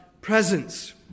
presence